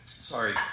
Sorry